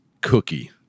cookie